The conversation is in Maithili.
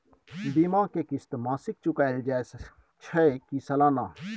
बीमा के किस्त मासिक चुकायल जाए छै की सालाना?